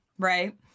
Right